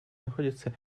находятся